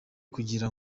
kugira